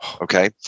Okay